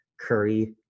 Curry